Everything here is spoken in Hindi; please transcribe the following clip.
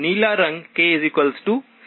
नीला रंग k 0 से मेल खाता है